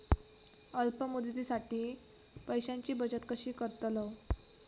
अल्प मुदतीसाठी पैशांची बचत कशी करतलव?